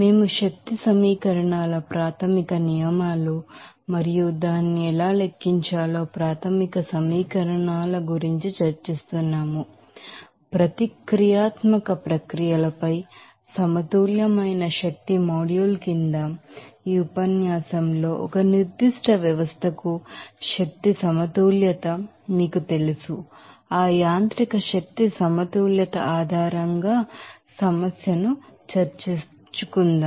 మేము energy equations ప్రాథమిక నియమాలు మరియు దానిని ఎలా లెక్కించాలో ప్రాథమిక సమీకరణాల గురించి చర్చిస్తున్నాము నోన్ రేయాక్టీవ్ ప్రాసెసస్ ప్రతిక్రియాత్మక ప్రక్రియల పై ఎనర్జీ బాలన్స్ మాడ్యూల్ కింద ఈ ఉపన్యాసంలో ఒక నిర్దిష్ట వ్యవస్థకు ఎనర్జీ బాలన్స్ ఆ మెకానికల్ ఎనర్జీ బాలన్స్ ఆధారంగా సమస్యను చర్చిస్తుంది